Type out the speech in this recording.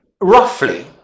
Roughly